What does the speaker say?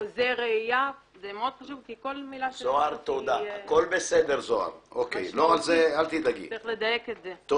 חוזה רעייה זה מאוד חשוב כי כל מילה חשובה וצריך לדייק את זה.